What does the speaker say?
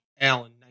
Allen